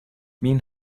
بین